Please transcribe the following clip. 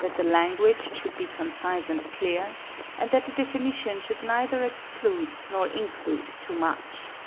that the language should be concise and clear and that the definition should neither exclude nor include too much.